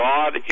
God